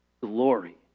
glory